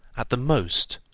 at the most,